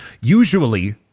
Usually